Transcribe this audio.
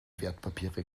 wertpapiere